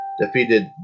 defeated